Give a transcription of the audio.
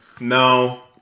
No